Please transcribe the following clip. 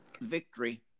victory